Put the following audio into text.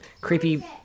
creepy